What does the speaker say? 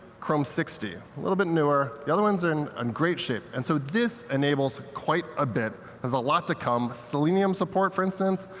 chrome sixty, a little bit newer. the other ones are in and great shape. and so this enables quite a bit. it has a lot to come. selenium support, for instance,